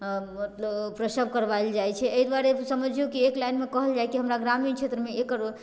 प्रसव करवाएल जाइत छै एहि दुआरे जे समझिऔ जे एक लाइनमे कहल जाइ हमरा ग्रामीण क्षेत्रमे एकर